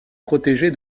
protégée